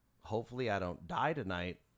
hopefully-I-don't-die-tonight